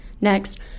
Next